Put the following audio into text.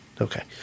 Okay